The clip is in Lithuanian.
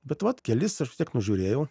bet vat kelis aš vis tiek nužiūrėjau